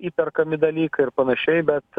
įperkami dalykai ir panašiai bet